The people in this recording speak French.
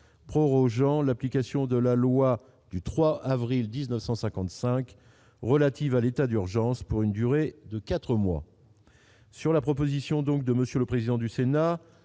prorogeant l'application de la loi du 3 avril 1955 relative à l'état d'urgence pour une durée de 4 mois sur la proposition donc de monsieur le président du Sénat,